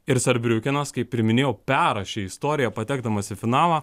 ir sarbriukenas kaip ir minėjau perrašė istoriją patekdamas į finalą